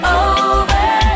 over